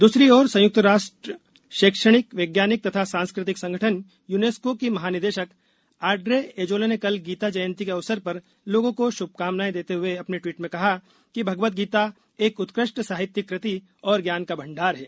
दूसरी ओर संयुक्त राष्ट्र शैक्षणिकवैज्ञानिक तथा सांस्कृतिक संगठन यूनेस्को की महानिदेशक ऑड्रे एजोले ने कल गीता जयंती के अवसर पर लोगों को शुभकामनाएं देते हुए अपने ट्वीट में कहा कि भगवद गीता एक उत्कृष्ट साहित्यिक कृति और ज्ञान का भंडार है